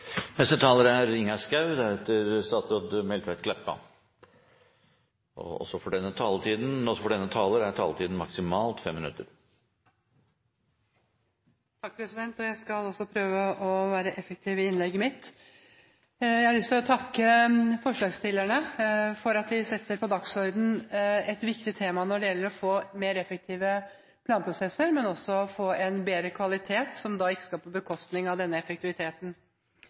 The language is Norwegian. Neste taler er Ingjerd Schou. Også for denne taler er taletiden maksimalt 5 minutter. Jeg skal også prøve å være effektiv i innlegget mitt. Jeg har lyst til å takke forslagsstillerne for at de setter på dagsordenen et viktig tema når det gjelder å få mer effektive planprosesser, men også få en bedre kvalitet, som ikke skal gå på bekostning av effektiviteten.